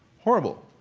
horrible.